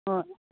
ꯍꯣꯏ